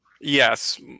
Yes